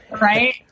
Right